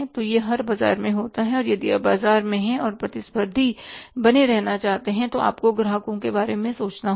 तो यह हर बाजार में होता है और यदि आप बाजार में हैं और प्रतिस्पर्धी बने रहना चाहते हैं तो आपको ग्राहकों के बारे में सोचना होगा